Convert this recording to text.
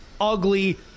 ugly